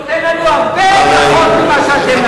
הוא נותן לנו הרבה פחות ממה שאתם נתתם.